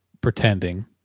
pretending